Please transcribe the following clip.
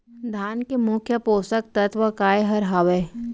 धान के मुख्य पोसक तत्व काय हर हावे?